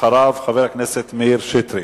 אחריו, חבר הכנסת מאיר שטרית.